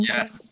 Yes